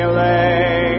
lay